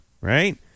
right